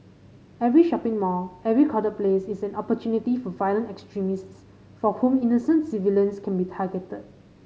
every shopping mall every crowded place is an opportunity for violent extremists for whom innocent civilians can be targeted